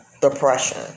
depression